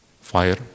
Fire